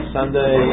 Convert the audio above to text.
Sunday